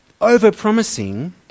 over-promising